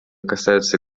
касаются